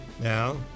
Now